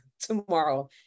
Tomorrow